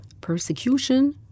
persecution